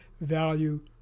value